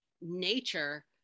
Nature